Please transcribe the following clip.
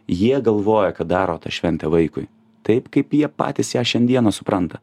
jie galvoja kad daro tą šventę vaikui taip kaip jie patys ją šiandieną supranta